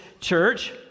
church